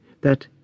that